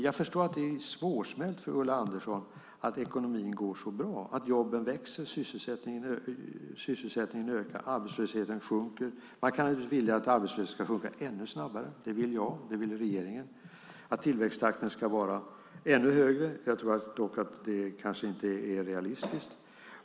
Jag förstår att det är svårsmält för Ulla Andersson att ekonomin går så bra - att jobben växer, sysselsättningen ökar och arbetslösheten sjunker. Man kan naturligtvis vilja att arbetslösheten ska sjunka ännu snabbare - det vill jag och regeringen - och att tillväxttakten ska vara ännu högre. Jag tror dock att det nog inte är realistiskt.